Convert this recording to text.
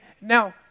now